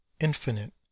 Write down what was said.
infinite